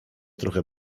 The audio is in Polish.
trochę